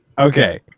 Okay